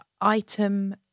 item